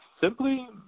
simply